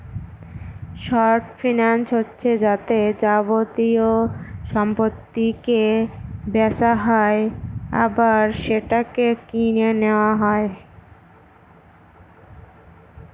short finance হচ্ছে যাতে যাবতীয় সম্পত্তিকে বেচা হয় আবার সেটাকে কিনে নেওয়া হয়